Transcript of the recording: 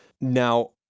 Now